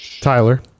Tyler